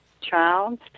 child